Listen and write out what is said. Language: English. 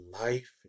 life